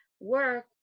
work